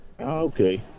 Okay